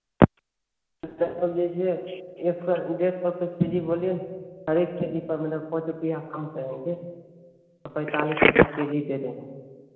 तो अब जैसे एक सौ डेढ़ सौ तक के जी बोलिए हर एक के जी पर मतलब पाँच रुपया कम करेंगे तो पैंतालीस रुपये के जी दे देंगे